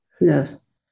Yes